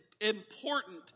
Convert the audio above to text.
important